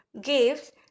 gives